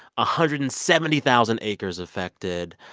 ah hundred and seventy thousand acres affected.